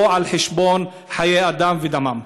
לא על חשבון חיי אדם ודמם.